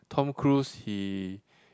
Tom Cruise he